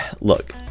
look